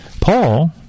Paul